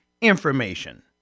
information